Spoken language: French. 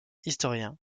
historien